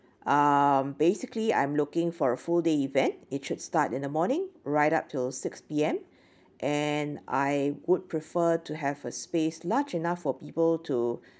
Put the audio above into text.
um basically I'm looking for a full day event it should start in the morning right up till six P_M and I would prefer to have a space large enough for people to